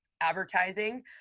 advertising